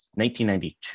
1992